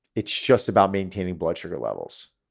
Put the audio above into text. it's just about maintaining blood sugar levels.